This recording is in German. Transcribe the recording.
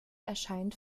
erscheint